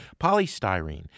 Polystyrene